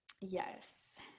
Yes